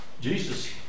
Jesus